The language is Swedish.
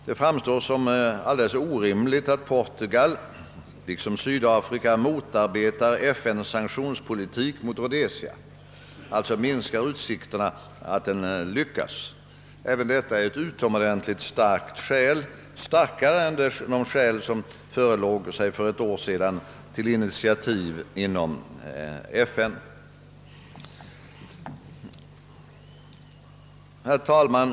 Det framstår som alldeles orimligt att Portugal liksom Sydafrika motarbetar FN:s sanktionspolitik mot Rhodesia och alltså minskar utsikterna att den lyckas. Även detta är ett utomordentligt starkt skäl, starkare än de skäl som förelåg för låt mig säga ett år sedan, till initiativ inom FN. Herr talman!